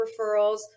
referrals